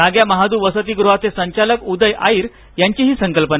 नाग्या महादू वसतिगृहाचे संचालक उदय आईर यांची हि संकल्पना